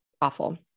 awful